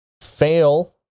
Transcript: fail